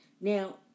Now